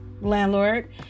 landlord